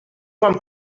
quan